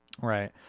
Right